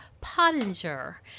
Pottinger